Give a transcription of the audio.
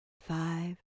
five